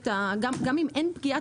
גם אם אין פגיעה